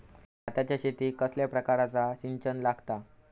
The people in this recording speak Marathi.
भाताच्या शेतीक कसल्या प्रकारचा सिंचन लागता?